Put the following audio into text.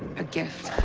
a gift.